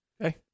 Okay